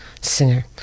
singer